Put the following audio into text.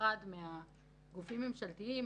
ואני לא עונה,